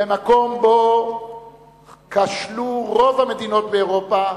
במקום שבו כשלו רוב המדינות באירופה,